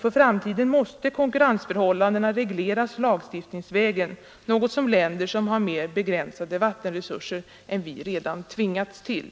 För framtiden måste konkurrensförhållandena regleras lagstiftningsvägen, något som länder vilka har mer begränsade vattenresurser än vi redan har tvingats till.